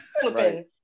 flipping